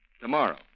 tomorrow